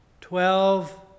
twelve